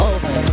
Over